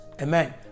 amen